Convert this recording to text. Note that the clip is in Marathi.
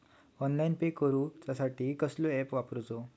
ऑनलाइन पे करूचा साठी कसलो ऍप वापरूचो?